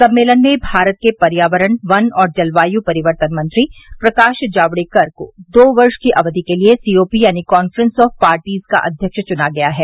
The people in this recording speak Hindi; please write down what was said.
सम्मेलन में भारत के पर्यावरण वन और जलवायु परिवर्तन मंत्री प्रकाश जावड़ेकर को दो वर्ष की अवधि के लिए सी ओ पी यानी काफ्रेंस ऑफ पार्टीज का अध्यक्ष चुना गया है